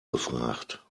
gefragt